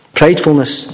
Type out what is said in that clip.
pridefulness